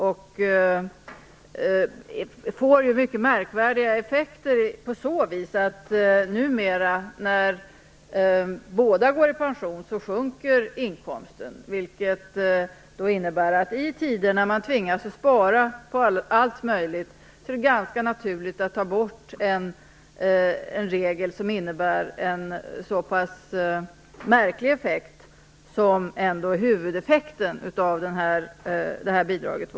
Regeln får mycket märkliga effekter på så vis att inkomsten numera sjunker när båda går i pension. I tider då man tvingas att spara på allt möjligt är det ganska naturligt att man tar bort en regel där effekten blir så pass märklig som i fråga om det här bidraget.